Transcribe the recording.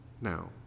Now